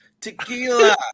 Tequila